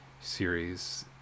series